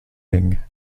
ring